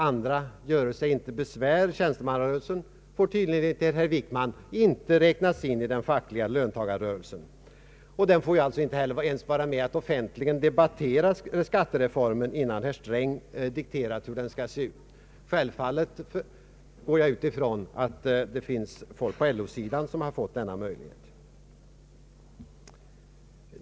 Andra göre sig inte besvär. Tjänstemannarörelsen får tydligen enligt herr Wickman inte räknas in i den fackliga löntagarrörelsen. Den får inte ens vara med om att offentligen debattera skattereformen innan herr Sträng dikterat hur den skall se ut. Jag utgår självfallet från att folk på LO-sidan har fått den möjligheten.